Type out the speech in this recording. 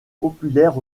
populaires